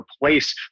replace